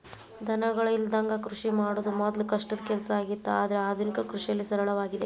ದನಗಳ ಇಲ್ಲದಂಗ ಕೃಷಿ ಮಾಡುದ ಮೊದ್ಲು ಕಷ್ಟದ ಕೆಲಸ ಆಗಿತ್ತು ಆದ್ರೆ ಆದುನಿಕ ಕೃಷಿಯಲ್ಲಿ ಸರಳವಾಗಿದೆ